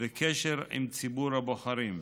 וקשר עם ציבור הבוחרים.